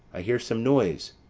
i hear some noise.